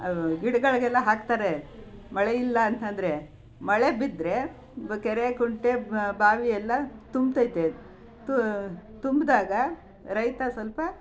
ಗಿಡಗಳ್ಗೆಲ್ಲ ಹಾಕ್ತಾರೆ ಮಳೆ ಇಲ್ಲಾಂತಂದರೆ ಮಳೆ ಬಿದ್ದರೆ ಕೆರೆ ಕುಂಟೆ ಬಾವಿ ಎಲ್ಲ ತುಂಬ್ತದೆ ತುಂಬಿದಾಗ ರೈತ ಸ್ವಲ್ಪ